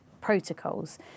protocols